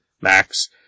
Max